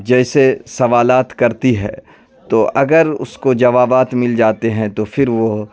جیسے سوالات کرتی ہے تو اگر اس کو جوابات مل جاتے ہیں تو پھر وہ